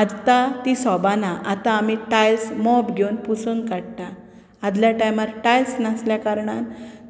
आतां ती सोबाय ना आतां आमी टायल्स मोप घेवून ती पुसून काडटात आदल्या टायमार टायल्स नासले कारणान